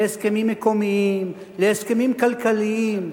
להסכמים מקומיים, להסכמים כלכליים.